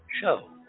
show